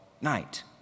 night